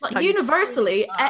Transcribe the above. Universally